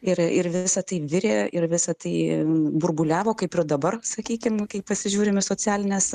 ir ir visa tai virė ir visa tai burbuliavo kaip ir dabar sakykim kai pasižiūrim į socialines